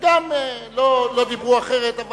שגם לא דיברו אחרת.